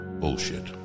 bullshit